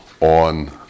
on